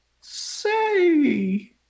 say